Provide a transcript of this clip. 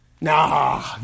Nah